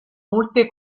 molte